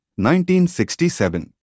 1967